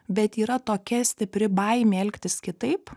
bet yra tokia stipri baimė elgtis kitaip